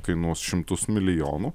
kainuos šimtus milijonų